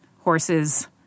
horses